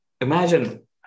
Imagine